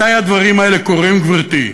זה במקום של, מתי הדברים האלה קורים, גברתי?